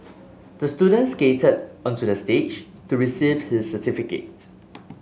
the student skated onto the stage to receive his certificate